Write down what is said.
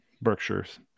Berkshire's